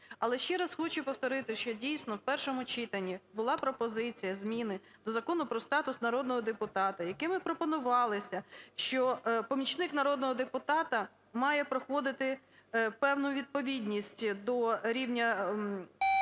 Але ще раз хочу повторити, що дійсно в першому читанні була пропозиція змін до Закону про статус народного депутата, якими пропонувалося, що помічник народного депутата має проходити певну відповідність до рівня